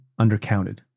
undercounted